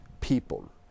people